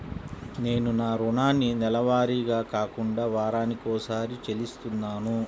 నేను నా రుణాన్ని నెలవారీగా కాకుండా వారానికోసారి చెల్లిస్తున్నాను